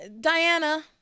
diana